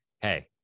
Hey